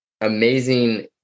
amazing